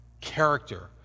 character